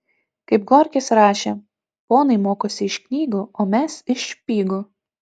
kaip gorkis rašė ponai mokosi iš knygų o mes iš špygų